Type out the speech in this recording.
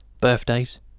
Birthdays